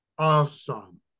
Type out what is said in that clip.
Awesome